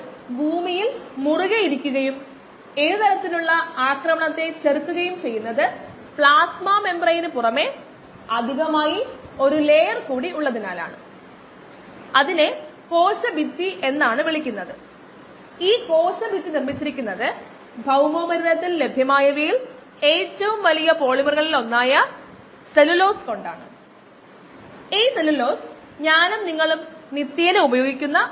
നൽകിയിരിക്കുന്നവയുമായി എങ്ങനെ ബന്ധിപ്പിക്കാം